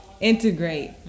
integrate